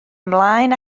ymlaen